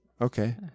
Okay